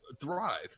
thrive